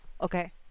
Okay